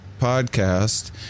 podcast